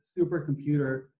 supercomputer